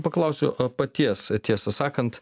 paklausiu paties tiesą sakant